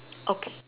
okay